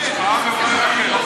אפשר לדחות את זה, אדוני ראש הממשלה,